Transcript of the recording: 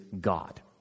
God